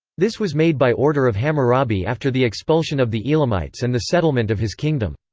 this was made by order of hammurabi after the expulsion of the elamites and the settlement of his kingdom.